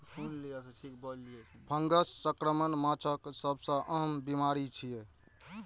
fungus संक्रमण माछक सबसं आम बीमारी छियै